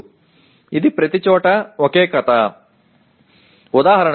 எல்லா இடங்களிலும் ஒரே கதைதான்